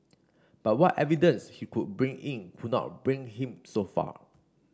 but what evidence he could bring in could not bring him so far